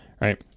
Right